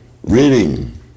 Reading